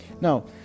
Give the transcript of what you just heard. now